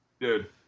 dude